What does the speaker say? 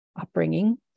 upbringing